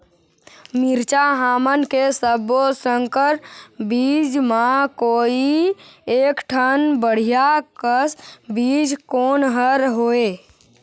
मिरचा हमन के सब्बो संकर बीज म कोई एक ठन बढ़िया कस बीज कोन हर होए?